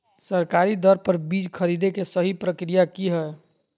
सरकारी दर पर बीज खरीदें के सही प्रक्रिया की हय?